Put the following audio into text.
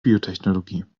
biotechnologie